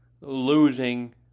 losing